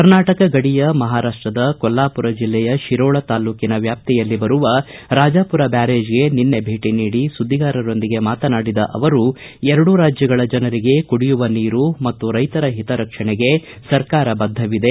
ಕರ್ನಾಟಕ ಗಡಿಯ ಮಹಾರಾಷ್ಪದ ಕೊಲ್ಲಾಪುರ ಜೆಲ್ಲೆಯ ಶಿರೋಳ ತಾಲ್ಲೂಕಿನ ವ್ಯಾಪ್ತಿಯಲ್ಲಿ ಬರುವ ರಾಜಾಪುರ ಬ್ಲಾರೇಜ್ಗೆ ನಿನ್ನೆ ಭೇಟಿ ನೀಡಿ ಸುದ್ದಿಗಾರರೊಂದಿಗೆ ಮಾತನಾಡಿದ ಅವರು ಎರಡೂ ರಾಜ್ಗಗಳ ಜನರಿಗೆ ಕುಡಿಯುವ ನೀರು ಮತ್ತು ರೈತರ ಹಿತರಕ್ಷಣೆಗೆ ಸರ್ಕಾರ ಬದ್ಧವಿದೆ